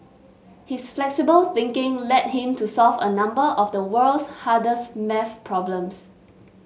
his flexible thinking led him to solve a number of the world's hardest maths problems